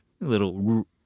little